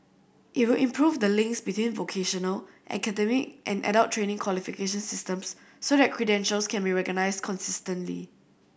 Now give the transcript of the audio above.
it will improve the links between vocational academic and adult training qualification systems so that credentials can be recognised consistently